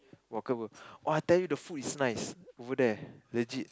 walkable !woah! I tell you the food is nice over there legit